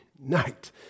night